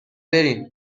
بریم